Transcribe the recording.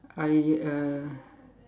I uh